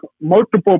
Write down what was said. multiple